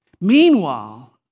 Meanwhile